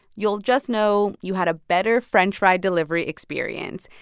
you'll just know you had a better french fry delivery experience.